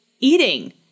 Eating